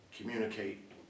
communicate